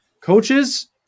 Coaches